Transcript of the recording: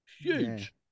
huge